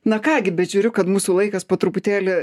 na ką gi bet žiūriu kad mūsų laikas po truputėlį